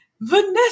Vanessa